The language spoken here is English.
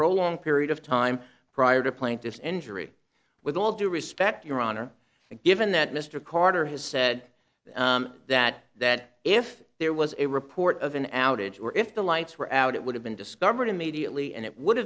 prolonged period of time prior to plaintiff's injury with all due respect your honor given that mr carter has said that that if there was a report of an outage or if the lights were out it would have been discovered immediately and it would